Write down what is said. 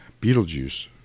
Beetlejuice